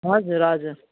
हजुर हजुर